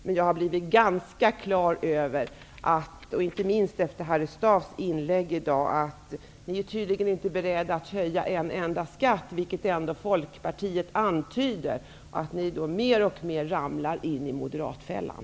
Men jag har blivit ganska klar över, inte minst efter Harry Staafs inlägg i dag, att ni tydligen inte är beredda att höja en enda skatt -- vilket ändå Folkpartiet antyder -- och att ni mer och mer ramlar in i moderatfällan.